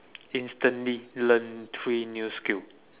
instantly learn three new skill